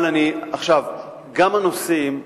גם נושאים אחרים,